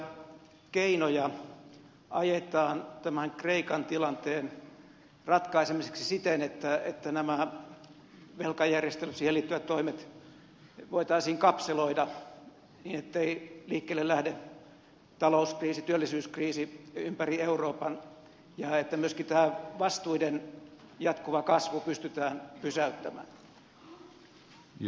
minkälaisia keinoja ajetaan tämän kreikan tilanteen ratkaisemiseksi siten että nämä velkajärjestelyihin liittyvät toimet voitaisiin kapseloida niin ettei liikkeelle lähde talouskriisi työllisyyskriisi ympäri euroopan ja että myöskin tämä vastuiden jatkuva kasvu pystytään pysäyttämään